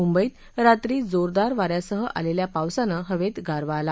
मुंबईत रात्री जोरदार वाऱ्यासह आलेल्या पावसानं हवेत गारवा आला